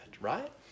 right